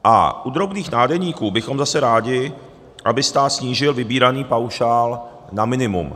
A u drobných nádeníků bychom zase rádi, aby stát snížil vybíraný paušál na minimum.